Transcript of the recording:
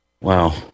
Wow